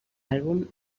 àlbum